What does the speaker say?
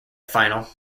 final